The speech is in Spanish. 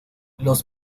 los